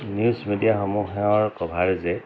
news মিডিয়াসমূহৰ কভাৰেজে